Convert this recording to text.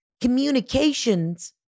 communications